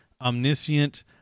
omniscient